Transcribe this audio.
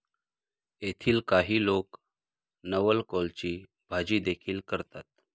येथील काही लोक नवलकोलची भाजीदेखील करतात